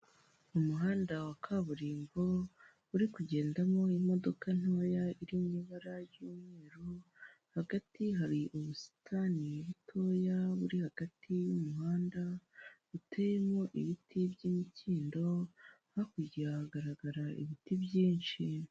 Umuhanda wa kaburimbo uri kugendamo imodoka ntoya iri mu ibara ry'umweru hagati hari ubusitani butoya buri hagati y'umuhanda uteyemo ibiti by'imikindo, hakurya hagaragara ibiti byinshi.